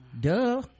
Duh